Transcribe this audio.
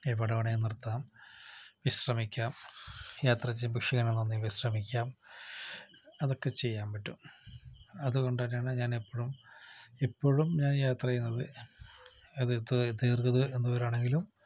എവിടെ വേണമെങ്കിലും നിർത്താം വിശ്രമിക്കാം യാത്ര ഇച്ചിരി പുഷ് ചെയ്യണമെന്നു തോന്നിയാൽ വിശ്രമിക്കാം അതൊക്കെ ചെയ്യാൻ പറ്റും അതുകൊണ്ട് തന്നെയാണ് ഞാൻ എപ്പോഴും ഇപ്പഴും ഞാൻ യാത്ര ചെയ്യുന്നത് അതായത് ദീർഘദൂരം ആണെങ്കിലും